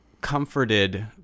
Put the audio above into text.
comforted